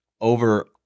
over